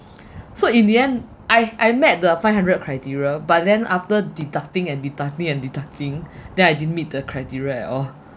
so in the end I I met the five hundred criteria but then after deducting and deducting and deducting then I didn't meet the criteria at all